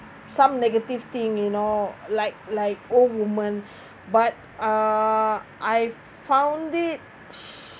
some negative thing you know like like old woman but uh I've found it